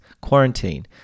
quarantine